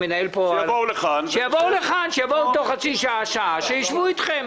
שיבואו לכאן בתוך חצי שעה שעה וישבו איתכם.